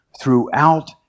throughout